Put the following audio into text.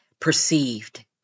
perceived